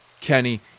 Kenny